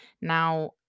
Now